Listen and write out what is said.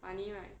funny right